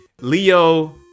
Leo